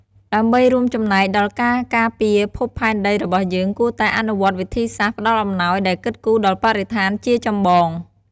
ដើម្បីរួមចំណែកដល់ការការពារភពផែនដីរបស់យើងគួរតែអនុវត្តវិធីសាស្រ្តផ្តល់អំណោយដែលគិតគូរដល់បរិស្ថានជាចម្បង។